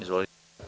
Izvolite.